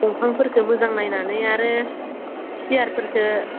दंफांफोरखो मोजां नायनानै आरो चेयारफोरखो